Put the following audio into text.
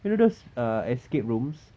you know those uh escape rooms